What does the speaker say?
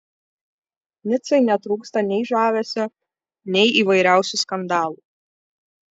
nicai netrūksta nei žavesio nei įvairiausių skandalų